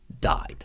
died